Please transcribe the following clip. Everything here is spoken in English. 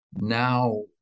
now